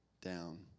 down